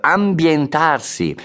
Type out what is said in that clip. ambientarsi